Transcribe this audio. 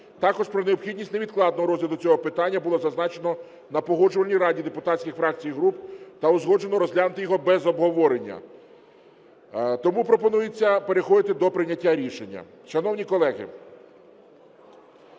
також про необхідність невідкладного розгляду цього питання було зазначено на Погоджувальній раді депутатських фракцій і груп та узгоджено розглянути його без обговорення. Тому пропонується переходити до прийняття рішення.